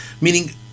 Meaning